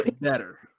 better